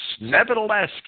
nevertheless